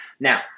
Now